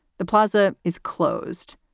the plaza is closed.